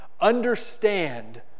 Understand